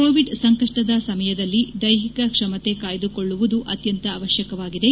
Covid ಸಂಕಷ್ಟದ ಸಮಯದಲ್ಲಿ ದೈಹಿಕ ಕ್ಷಮತೆ ಕಾಯ್ದುಕೊಳ್ಳುವುದು ಅತ್ಯಂತ ಅವಶ್ಯಕವಾಗಿದೆ